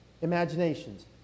imaginations